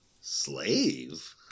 Slave